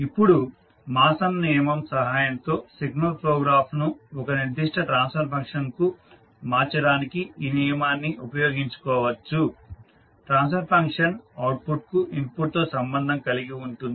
ఇప్పుడు మాసన్ నియమం సహాయంతో సిగ్నల్ ఫ్లో గ్రాఫ్ను ఒక నిర్దిష్ట ట్రాన్స్ఫర్ ఫంక్షన్కు మార్చడానికి ఈ నియమాన్ని ఉపయోగించుకోవచ్చు ట్రాన్స్ఫర్ ఫంక్షన్ అవుట్పుట్కు ఇన్పుట్తో సంబంధం కలిగి ఉంటుంది